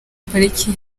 pariki